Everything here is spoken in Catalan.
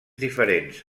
diferents